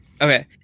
Okay